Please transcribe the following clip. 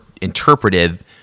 interpretive